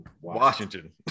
Washington